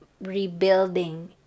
rebuilding